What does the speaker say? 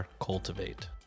Cultivate